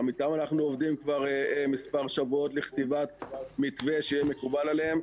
גם אתם אנחנו עובדים כבר מספר שבועות לכתיבת מתווה שיהיה מקובל עליהם,